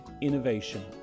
innovation